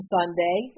Sunday